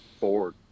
forward